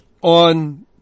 on